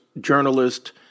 journalist